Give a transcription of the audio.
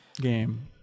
game